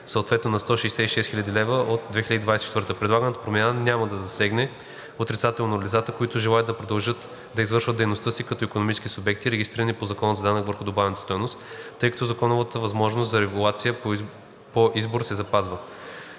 съответно на 166 хил. лв. от 2024 г. Предлаганата промяна няма да засегне отрицателно лицата, които желаят да продължат да извършват дейността си като икономически субекти, регистрирани по Закона за данък върху добавената стойност, тъй като законовата възможност за регистрация по избор се запазва.